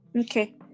Okay